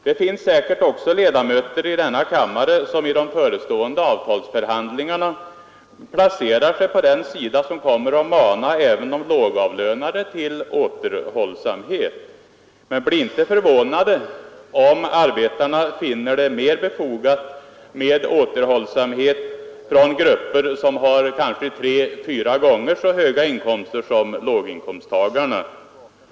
Det finns säkert ledamöter i denna kammare som i de förestående avtalsförhandlingarna placerar sig på den sida som kommer att mana även lågavlönade till återhållsamhet. Men bli inte förvånade om arbetarna finner det mer befogat med återhållsamhet från grupper som har tre fyra gånger så höga inkomster som låginkomsttagarna!